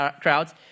crowds